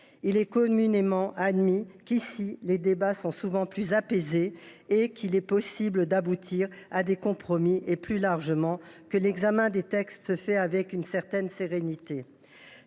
Il est communément admis que les débats sont souvent plus apaisés dans cette chambre, qu’il est possible d’aboutir à des compromis et, plus largement, que l’examen des textes a lieu avec une certaine sérénité.